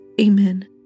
Amen